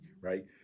right